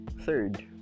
Third